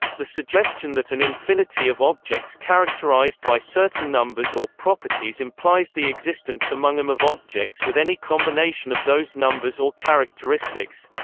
the suggestion that an infinity of objects characterized by certain numbers or properties implies the existence among them of objects with any combination of those numbers or characteristics